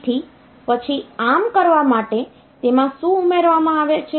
તેથી પછી આમ કરવા માટે તેમાં શું ઉમેરવામાં આવે છે